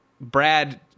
Brad